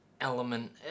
element